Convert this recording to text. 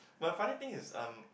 but the funny thing is um